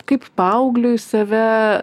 kaip paaugliui save